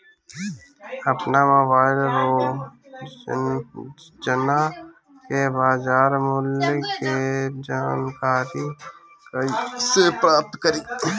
आपन मोबाइल रोजना के बाजार मुल्य के जानकारी कइसे प्राप्त करी?